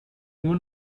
nur